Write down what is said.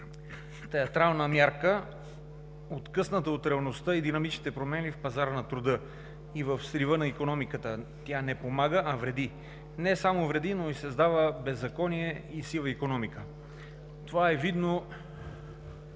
театрална мярка, откъсната от реалността и динамичните промени в пазара на труда и в срива на икономиката, тя не помага, а вреди. Не само вреди, но и създава беззаконие и сива икономика. Видно